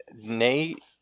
Nate